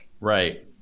Right